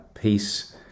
peace